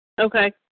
Okay